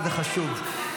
וזה חשוב.